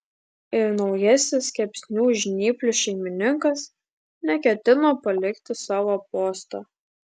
ir naujasis kepsnių žnyplių šeimininkas neketino palikti savo posto